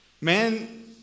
man